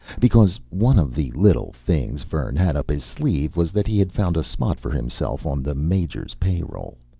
because one of the little things vern had up his sleeve was that he had found a spot for himself on the major's payroll.